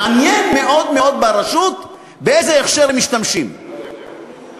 מעניין מאוד מאוד באיזה הכשר הם משתמשים ברשות.